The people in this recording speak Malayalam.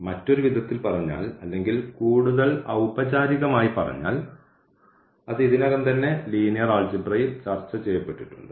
മറ്റൊരു വിധത്തിൽ പറഞ്ഞാൽ അല്ലെങ്കിൽ കൂടുതൽ ഔപചാരികമായി പറഞ്ഞാൽ അത് ഇതിനകം തന്നെ ലീനിയർ ആൾജിബ്രയിൽ ചർച്ചചെയ്യപ്പെട്ടിട്ടുണ്ട്